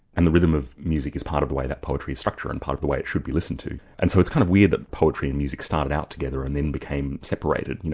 and the rhythm of music is part of the way that poetry is structured, and part of the way it should be listened to. and so it's kind of weird that poetry and music started out together and then became separated, you know